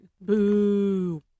Boo